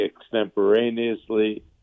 extemporaneously